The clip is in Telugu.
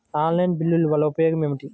ఆన్లైన్ బిల్లుల వల్ల ఉపయోగమేమిటీ?